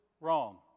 wrong